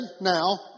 now